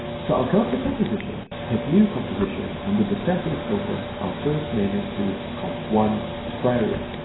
so i'll come up to composition, hit new composition and with the settings opened i'll first name it to comp one aquarium,